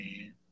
man